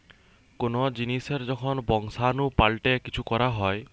কোন জিনিসের যখন বংশাণু পাল্টে কিছু করা হয়